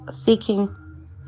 seeking